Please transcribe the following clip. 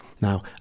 Now